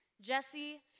Jesse